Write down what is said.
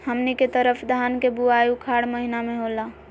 हमनी के तरफ धान के बुवाई उखाड़ महीना में होला